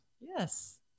Yes